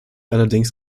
allerdings